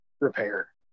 repair